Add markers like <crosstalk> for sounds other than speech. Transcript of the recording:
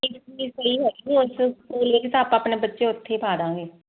<unintelligible> ਆਪਾਂ ਆਪਣੇ ਬੱਚੇ ਉਥੇ ਹੀ ਪਾ ਦਾਂਗੇ